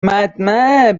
مجمع